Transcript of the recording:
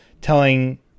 telling